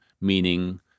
meaning